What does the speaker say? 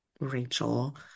Rachel